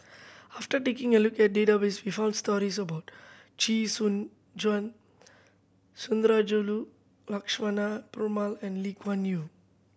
after taking a look at database we found stories about Chee Soon Juan Sundarajulu Lakshmana Perumal and Lee Kuan Yew